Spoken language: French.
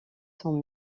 sont